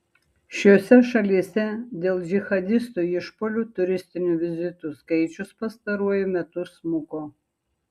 šiose šalyse dėl džihadistų išpuolių turistinių vizitų skaičius pastaruoju metu smuko